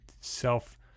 self